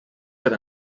per